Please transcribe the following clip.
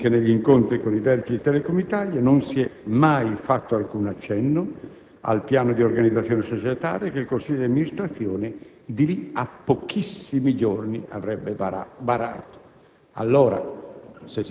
Ribadisco, quindi, che negli incontri con i vertici di Telecom Italia non si è mai fatto alcun cenno al piano di organizzazione societaria che il Consiglio di amministrazione di lì a pochissimi giorni avrebbe varato.